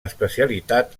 especialitat